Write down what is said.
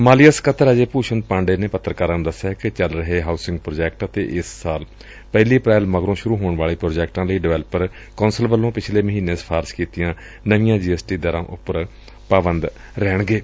ਮਾਲੀਆ ਸਕੱਤਰ ਅਜੇ ਭੂਸ਼ਨ ਪਾਂਡੇ ਨੇ ਪੱਤਰਕਾਰਾਂ ਨੂੰ ਦਸਿਆ ਕਿ ਚੱਲ ਰਹੇ ਹਾਊਸਿੰਗ ਪ੍ਰਾਜੈਕਟ ਅਤੇ ਇਸ ਸਾਲ ਪਹਿਲੀ ਅਪ੍ੈਲ ਮਗਰੋਂ ਸੁਰੂ ਹੋਣ ਵਾਲੇ ਪ੍ਾਜੈਕਟਾਂ ਲਈ ਡਿਵੈਲਪਰ ਕੌਂਸਲ ਵੱਲੋਂ ਪਿਛਲੇ ਮਹੀਨੇ ਸਿਫਾਰਸ਼ ਕੀਤੀਆਂ ਨਵੀਆਂ ਜੀ ਐਸ ਟੀ ਦਰਾਂ ਉਪਰ ਹੀ ਪਾਬੰਦ ਰਹਿਣਾ ਪਵੇਗਾ